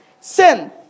Sin